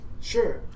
Sure